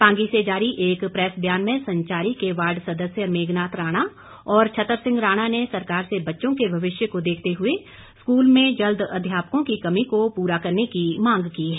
पांगी से जारी एक प्रैस बयान में संचारी के वार्ड सदस्य मेघनाथ राणा और छतर सिंह राणा ने सरकार से बच्चों के भविष्य को देखते हुए स्कूल में जल्द अध्यापकों की कमी को पूरा करने की मांग की है